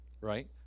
right